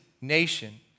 nation